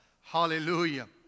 Hallelujah